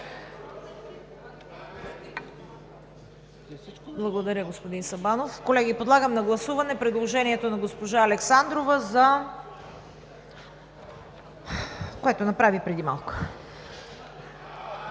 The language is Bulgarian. Благодаря, господин Сабанов. Колеги, подлагам на гласуване предложението на госпожа Александрова, което направи преди малко.